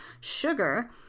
sugar